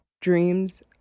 dreams